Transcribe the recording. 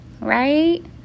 right